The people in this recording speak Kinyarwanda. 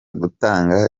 gutanga